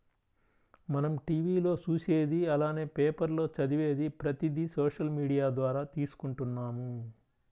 మనం టీవీ లో చూసేది అలానే పేపర్ లో చదివేది ప్రతిది సోషల్ మీడియా ద్వారా తీసుకుంటున్నాము